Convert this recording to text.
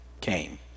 came